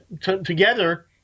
together